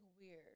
weird